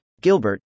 Gilbert